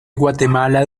guatemala